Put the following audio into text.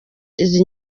izi